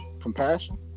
compassion